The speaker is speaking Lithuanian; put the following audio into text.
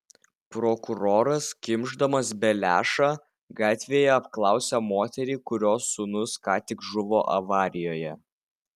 prokuroras kimšdamas beliašą gatvėje apklausia moterį kurios sūnus ką tik žuvo avarijoje